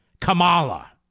Kamala